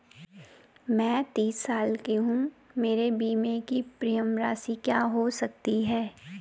मैं तीस साल की हूँ मेरे बीमे की प्रीमियम राशि क्या हो सकती है?